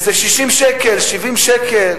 איזה 60 שקל, 70 שקל.